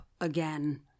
again